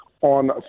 On